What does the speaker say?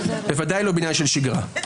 ודאי לא בעניין של שגרה.